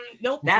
Nope